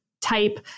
type